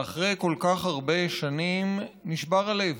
ואחרי כל כך הרבה שנים נשבר הלב